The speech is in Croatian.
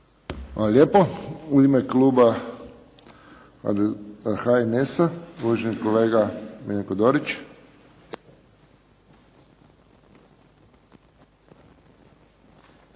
lijepo. U ime kluba HNS-a uvaženi kolega Miljenko Dorić.